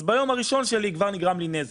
אז ביום הראשון שלי כבר נגרם לי נזק.